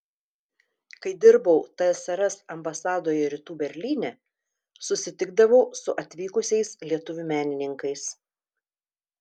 kai dirbau tsrs ambasadoje rytų berlyne susitikdavau su atvykusiais lietuvių menininkais